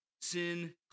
sin